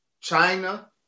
China